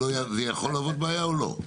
זה יכול להוות בעיה או לא?